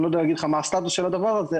אני לא יכול להגיד לך מה הסטטוס של הדבר הזה,